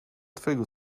twojego